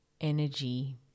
energy